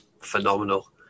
phenomenal